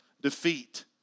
defeat